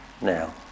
now